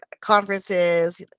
conferences